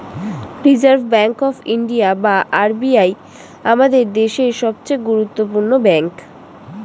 reserve Bank of India বা RBI আমাদের দেশের সবচেয়ে গুরুত্বপূর্ণ ব্যাঙ্ক